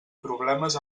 problemes